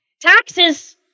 taxes